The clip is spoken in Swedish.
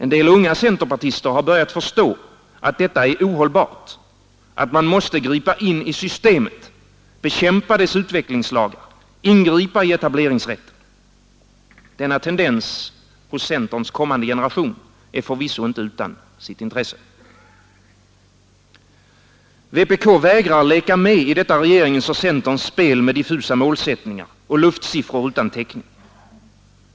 En del unga centerpartister har börjat förstå att detta är ohållbart, att man måste gripa ini systemet, bekämpa dess utvecklingslagar, ingripa i etableringsrätten. Denna tendens hos centerns kommande generation är förvisso inte utan sitt intresse. Vpk vägrar leka med i detta regeringens och centerns spel med diffusa målsättningar och luftsiffror utan täckning.